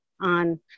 on